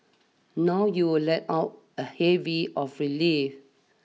now you will let out a heavy of relief